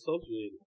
associated